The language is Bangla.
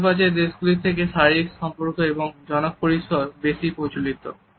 মধ্যপ্রাচ্যের দেশগুলির থেকে শারীরিক সংস্পর্শ এবং জনপরিসর বেশি প্রচলিত